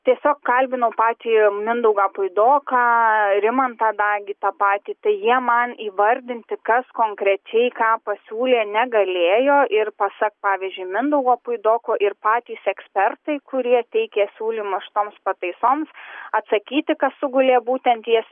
tiesiog kalbinau patį mindaugą puidoką rimantą dagį tą patį tai jie man įvardinti kas konkrečiai ką pasiūlė negalėjo ir pasak pavyzdžiui mindaugo puidoko ir patys ekspertai kurie teikia siūlymus šitoms pataisoms atsakyti kas sugulė būtent ties